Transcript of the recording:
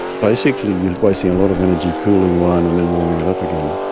basically you are wasting a lot of energy cooling wine and then warming it up again,